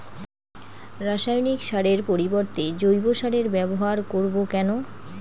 রাসায়নিক সারের পরিবর্তে জৈব সারের ব্যবহার করব কেন?